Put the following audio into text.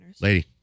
Lady